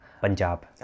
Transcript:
Punjab